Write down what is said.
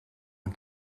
een